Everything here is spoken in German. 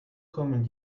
kommen